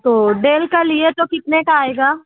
تو ڈیل کا لیے تو کتنے کا آئے گا